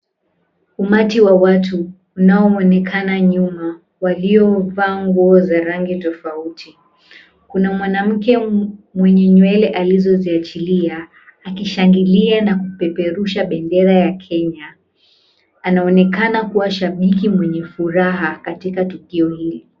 Umati wa watu unaoonekana nyuma, waliovaa nguo za rangi tofauti. Kuna mwanamke mwenye nywele alizoziachilia akishangilia na kupeperusha bendera ya Kenya. Anaonekana kuwa shabiki mwenye furaha katika tukio hili.